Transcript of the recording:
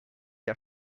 der